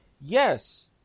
yes